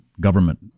Government